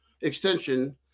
extension